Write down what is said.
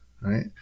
right